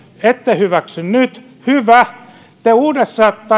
ette hyväksy nyt hyvä